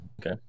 Okay